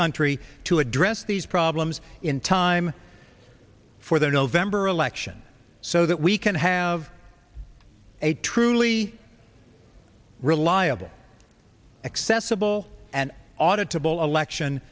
country to address these problems in time for the november election so that we can have a truly reliable accessible and audit to bowl elect